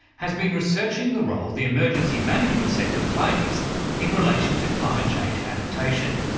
has been researching the role the emergency management sector plays in relation to climate change adaptation.